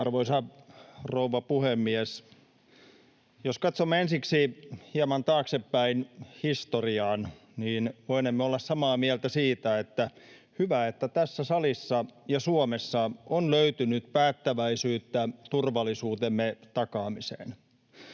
Arvoisa rouva puhemies! Jos katsomme ensiksi hieman taaksepäin historiaan, niin voinemme olla samaa mieltä siitä, että on hyvä, että tässä salissa ja Suomessa on löytynyt päättäväisyyttä turvallisuutemme takaamiseen.